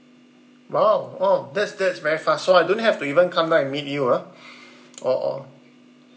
!wow! oh that's that's very fast so I don't have to even come down and meet you ah oh oh